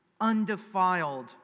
undefiled